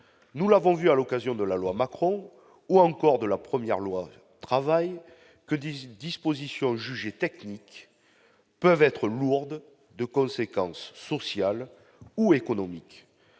nous l'avons vu à l'occasion de la loi Macron ou encore de la 1ère loi travail que 18 dispositions jugées techniques peuvent être lourde de conséquences sociales ou économiques,